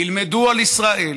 ילמדו על ישראל,